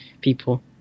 people